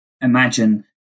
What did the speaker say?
imagine